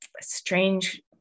strange